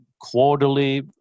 quarterly